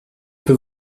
peu